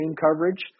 coverage